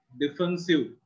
defensive